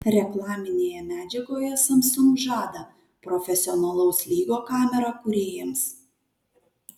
reklaminėje medžiagoje samsung žada profesionalaus lygio kamerą kūrėjams